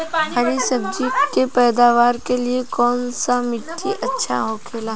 हरी सब्जी के पैदावार के लिए कौन सी मिट्टी अच्छा होखेला?